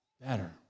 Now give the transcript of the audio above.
better